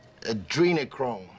adrenochrome